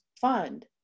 fund